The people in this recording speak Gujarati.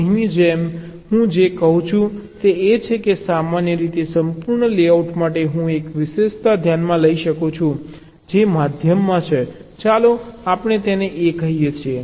અહીંની જેમ હું જે કહું છું તે એ છે કે સામાન્ય રીતે સંપૂર્ણ લેઆઉટ માટે હું એક વિશેષતા ધ્યાનમાં લઈ શકું જે મધ્યમાં છે ચાલો આપણે તેને A કહીએ છીએ